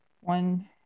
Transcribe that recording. one